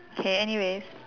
K anyways